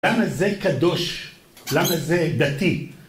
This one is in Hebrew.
למה זה קדוש? למה זה דתי?